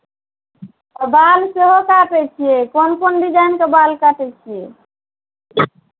आ बाल सेहो काटै छियै कोन कोन डिजाइनके बाल काटै छियै